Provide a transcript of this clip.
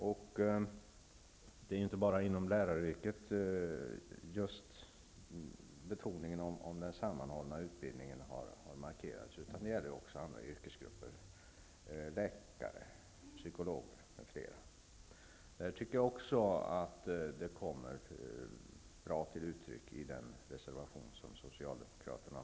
Men det är ju inte bara beträffande läraryrket som betoningen på en sammanhållen utbildning har markerats, utan det gäller också andra yrkesgrupper -- läkare, psykologer m.fl. Också detta tycker jag uttrycks bra av Socialdemokraterna.